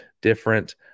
different